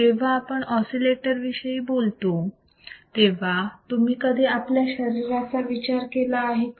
जेव्हा आपण ऑसिलेटर विषयी बोलतो तेव्हा तुम्ही कधी आपल्या शरीराचा विचार केला आहे का